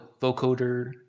vocoder